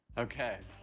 okay.